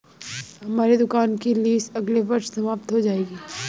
हमारी दुकान की लीस अगले वर्ष समाप्त हो जाएगी